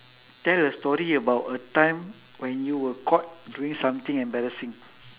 tell a story about a time when you were caught doing something embarrassing